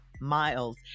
Miles